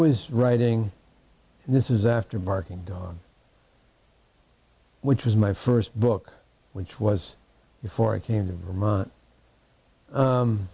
was writing and this is after barking dog which was my first book which was before i came to vermont